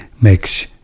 makes